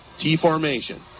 T-formation